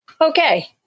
Okay